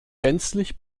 gänzlich